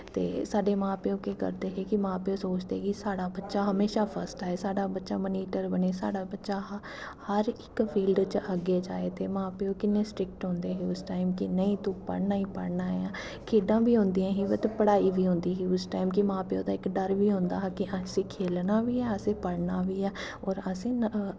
ते साड्डे मां प्यो केह् करदे हे कि मां प्यो सोचदे कि साढ़ा बच्चा हमेशा फस्ट आए साढ़ा बच्चा मनीटर बने साढ़ा बच्चा हर इक फील्ड च अग्गें जाए ते मां प्यो किन्ने सटिक्ट होंदे हे उस टाइम कि नेईं तूं पढ़नां गै पढ़नां ऐ खेढां बी होंदियां हां बट पढ़ाई बी होंदी ही उस टैम कि मां प्यो दा इक डर बी होंदा हा कि असें खेलना बी ऐ असें पढ़ना बी ऐ होर असें